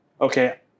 okay